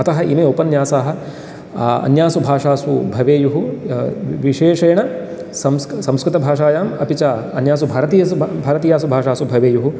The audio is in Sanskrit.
अतः इमे उपन्यासाः अन्यासु भाषासु भवेयुः विशेषेण संस्कृतभाषायाम् अपि च अन्यासु भारतीयेसु भारतीयासु भाषासु भवेयुः